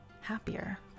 happier